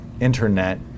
internet